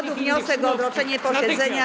Padł wniosek o odroczenie posiedzenia.